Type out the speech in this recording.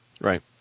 Right